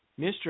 Mr